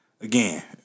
again